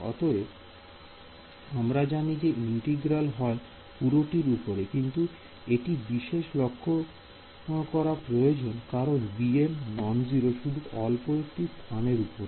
অতএব আমরা জানি যে ইন্টিগ্রাল হয় পুরো টির উপরে কিন্তু এটি বিশেষ লক্ষ্য করা প্রয়োজন কারণ bm নন 0 শুধু অল্প একটু স্থানের উপর